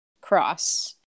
cross